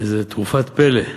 איזה תרופת פלא,